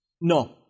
no